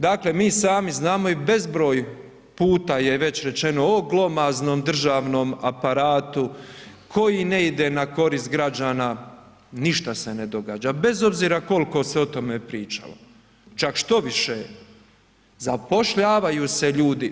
Dakle mi sami znamo i bezbroj puta je već rečeno o glomaznom državnom aparatu koji ne ide na korist građana, ništa se ne događa, bez obzira koliko se o tome pričalo, čak štoviše zapošljavaju se ljudi.